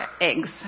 eggs